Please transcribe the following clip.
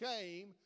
came